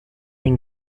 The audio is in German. den